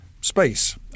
space